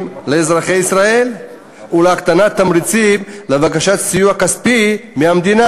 לאזרחי ישראל והקטנת תמריצים לבקשת סיוע כספי מהמדינה,